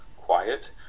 Quiet